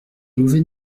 mauvais